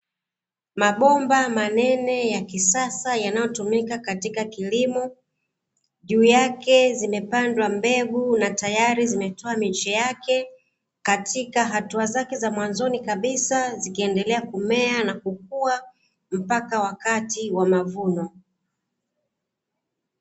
Mabomba manene ya kisasa yanayotumika katika kilimo, juu yake zimepandwa mbegu na tayari zimetoa miche yake, katika hatua zake za mwanzoni kabisa, zikiendelea kumea na kukua mpaka wakati wa mavuno.